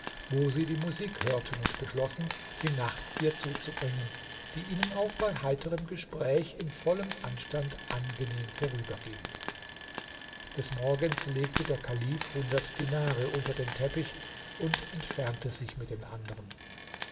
wo sie die musik hörten und beschlossen die nacht hier zuzubringen die ihnen auch bei heiterem gespräch in vollem anstand angenehm vorüberging des morgens legte der kalif hundert dinare unter den teppich und entfernte sich mit den andern